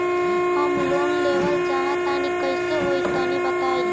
हम लोन लेवल चाह तनि कइसे होई तानि बताईं?